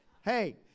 Hey